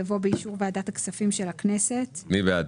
הצבעה